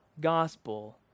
gospel